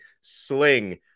Sling